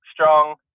strong